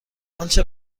انچه